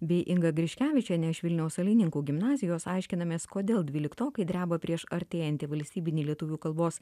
bei inga griškevičienė iš vilniaus salininkų gimnazijos aiškinamės kodėl dvyliktokai dreba prieš artėjantį valstybinį lietuvių kalbos